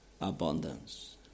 abundance